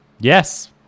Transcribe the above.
yes